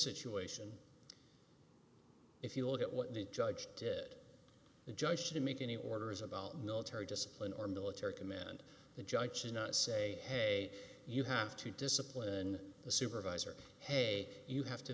situation if you look at what the judge did the judge didn't make any orders about military discipline or military command the judge should not say hey you have to discipline the supervisor hey you have to